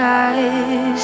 eyes